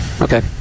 Okay